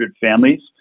families